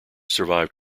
survived